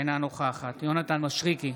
אינה נוכחת יונתן מישרקי,